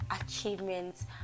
achievements